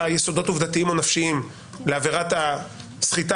יסודות עובדתיים או נפשיים לעבירת הסחיטה